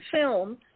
film